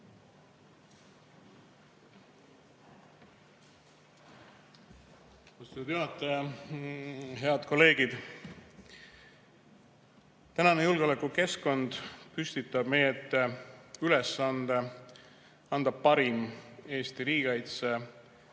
juhataja! Head kolleegid! Tänane julgeolekukeskkond püstitab meie ette ülesande anda parim Eesti riigikaitse